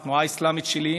לתנועה האסלאמית שלי,